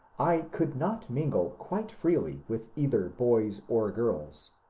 i could not mingle quite freely with either boys or girls.